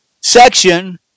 section